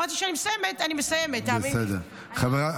תודה רבה.